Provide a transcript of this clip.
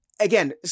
Again